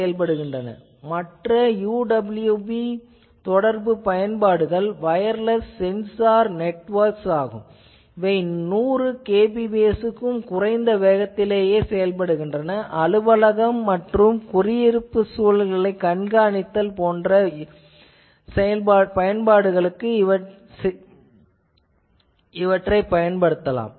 s மற்ற UWB தொடர்பு பயன்பாடுகள் வயர்லெஸ் சென்சார் நெட்வொர்க் ஆகும் இவை 100 kbps க்கும் குறைந்த வேகத்தில் செயல்படுகின்றன அலுவலகம் மற்றும் குடியிருப்பு சூழல்களைக் கண்காணித்தல் போன்ற இதைப் பயன்படுத்தலாம்